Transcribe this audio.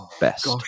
best